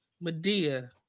Medea